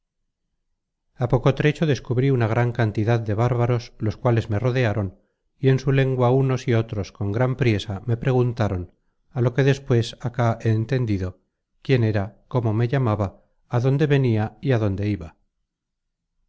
a poco trecho descubrí una gran cantidad de bárbaros los cuales me rodearon y en su lengua unos y otros con gran priesa me preguntaron á lo que despues acá he entendido quién era cómo me llamaba á dónde venia y á dónde iba